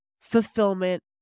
fulfillment